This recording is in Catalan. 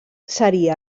seria